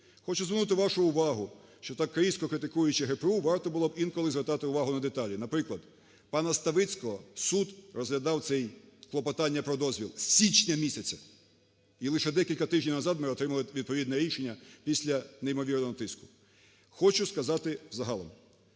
Хочу звернути вашу увагу, що так різко критикуючи ГПУ, варто було б інколи звертати увагу на деталі. Наприклад, пана Ставицького, суд розглядав це клопотання про дозвіл з січня місяця, і лише декілька тижнів назад ми отримали відповідне рішення після неймовірного тиску. Хочу сказати загалом: